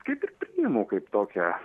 kaip ir priimu kaip tokią